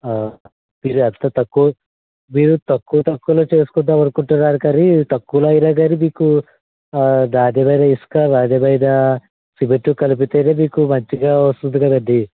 ఆ మీరు అంత తక్కువ మీరు తక్కువ తక్కువలో చేసుకుందామనుకుంటున్నారు కానీ తక్కువలో అయిన కానీ మీకు ఆ నాణ్యమైన ఇసుక నాణ్యమైన సిమెంట్ కలిపితేనే మీకు మంచిగా వస్తుంది కదండి